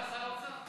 מה אמרת על שר האוצר?